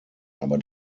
aber